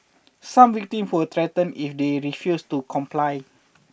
some victim were threatened if they refused to comply